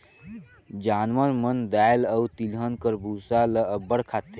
जानवर मन दाएल अउ तिलहन कर बूसा ल अब्बड़ खाथें